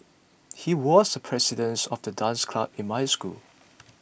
he was the presidents of the dance club in my school